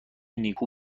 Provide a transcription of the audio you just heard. نیکو